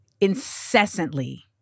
incessantly